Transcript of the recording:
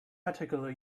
particular